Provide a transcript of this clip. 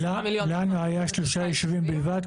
לנו היו שלושה יישובים בלבד,